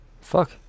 Fuck